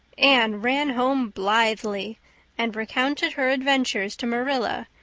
anne ran home blithely and recounted her adventures to marilla,